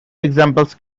examples